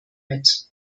mit